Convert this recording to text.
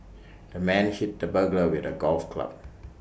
the man hit the burglar with A golf club